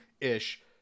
ish